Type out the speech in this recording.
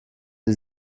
die